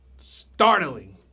startling